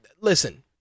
listen